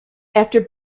after